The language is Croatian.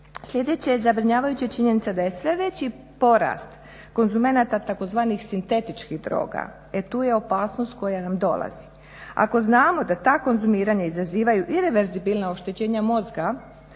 Sljedeća je zabrinjavajuća činjenica da je sve veći porast konzumenta tzv. sintetičkih droga. E tu je opasnost koja nam dolazi. Ako znamo da ta konzumiranja izazivaju ireverzibilna oštećenja mozga